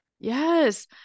yes